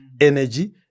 energy